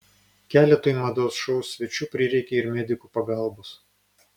keletui mados šou svečių prireikė ir medikų pagalbos